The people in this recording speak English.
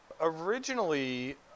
Originally